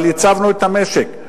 אבל ייצבנו את המשק.